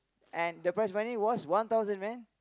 and the prize money was one thousand man